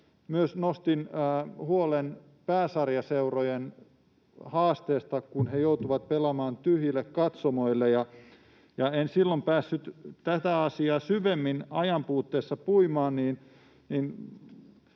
nostin huolen pääsarjaseurojen haasteesta, kun ne joutuivat pelaamaan tyhjille katsomoille, ja en silloin ajan puutteessa päässyt tätä asiaa syvemmin puimaan.